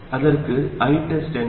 தற்போதைய ITEST என்ன